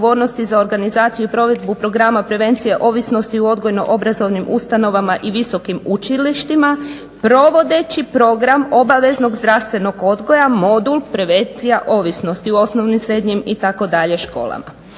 za organizaciju i provedbu Programa prevencije ovisnosti u odgojno-obrazovnim ustanovama i visokim učilištima provodeći Program obaveznog zdravstvenog odgoja modul prevencija ovisnosti u osnovnim, srednjim itd. školama.